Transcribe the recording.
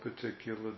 particular